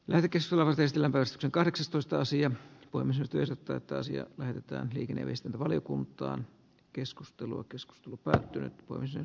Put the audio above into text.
lähikesällä vahvisti lavastuksen kahdeksastoista sija on syntyisin rata asia päätetään hikinen istunto valiokuntaa keskustelua keskustelu päättyy kuin sen